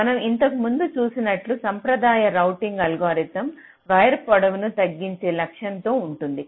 మనం ఇంతకుముందు చూసినట్లు సాంప్రదాయ రౌటింగ్ అల్గోరిథం వైర్ పొడవును తగ్గించే లక్ష్యంతో ఉంటుంది